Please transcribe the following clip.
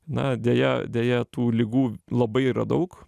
na deja deja tų ligų labai yra daug